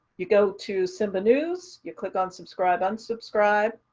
you go to simba news, you click on subscribe, unsubscribe.